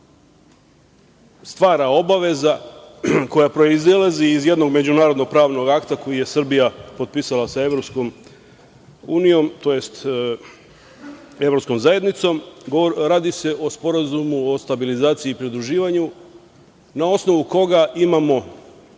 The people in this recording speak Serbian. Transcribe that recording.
stvara obaveza koja proizilazi iz jednog međunarodno pravnog akta koji je Srbija potpisala sa EU, tj. Evropskom zajednicom, radi se o Sporazumu o stabilizaciji i pridruživanju, na osnovu koga imamo,